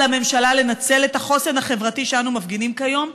על הממשלה לנצל את החוסן החברתי שאנו מפגינים כיום,